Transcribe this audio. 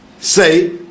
Say